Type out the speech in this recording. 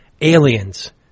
Aliens